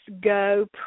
go